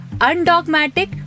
undogmatic